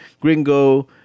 Gringo